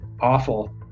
awful